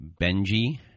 Benji